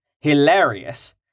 hilarious